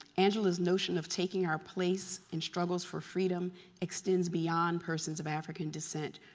angela's notion of taking our place in struggles for freedom extends beyond persons of african descent,